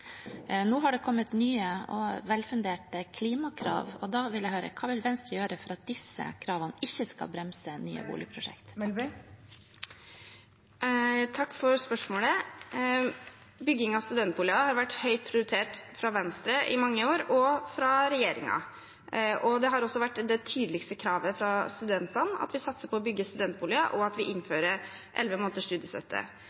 Nå har det kommet nye og velfunderte klimakrav. Da vil jeg høre: Hva vil Venstre gjøre for at disse kravene ikke skal bremse nye boligprosjekter? Takk for spørsmålet. Bygging av studentboliger har vært høyt prioritert av Venstre i mange år – og av regjeringen. Det har også vært det tydeligste kravet fra studentene at vi satser på å bygge studentboliger, og at vi